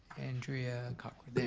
andrea cochran, there